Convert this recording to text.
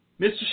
Mr